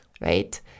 right